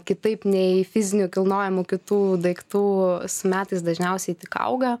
kitaip nei fizinių kilnojamų kitų daiktų su metais dažniausiai tik auga